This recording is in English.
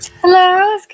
Hello